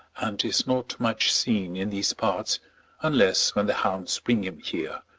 and is not much seen in these parts unless when the hounds bring him here,